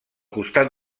costat